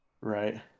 Right